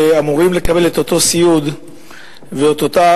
שאמורים לקבל את אותו סיעוד ואת אותה